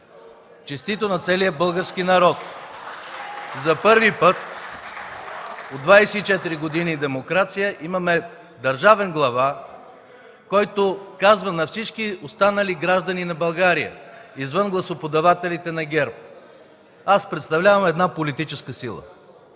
провиквания от ГЕРБ.) За първи път от 24 години демокрация имаме държавен глава, който казва на всички останали граждани на България извън гласоподавателите на ГЕРБ: „Аз представлявам една политическа сила”.